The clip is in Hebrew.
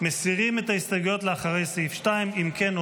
מסירים את ההסתייגויות לאחרי סעיף 2. אם כן,